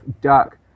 Duck